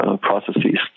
processes